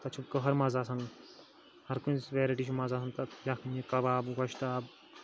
تَتھ چھُ کٔہَر مَزٕ آسان ہَر کُنِہ وؠرایٹی چھُ مَزٕ آسان تَتھ یَکھنہِ کَباب گۄشتاب